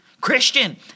Christian